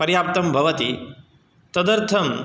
पर्याप्तं भवति तदर्थम्